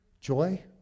joy